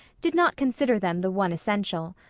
did not consider them the one essential.